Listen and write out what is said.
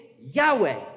Yahweh